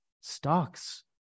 stocks